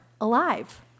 alive